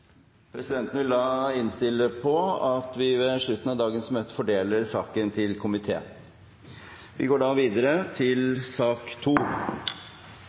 Presidenten vil da innstille på at vi ved slutten av dagens møte fordeler saken til komiteen. Etter ønske fra energi- og miljøkomiteen vil presidenten foreslå at taletiden blir begrenset til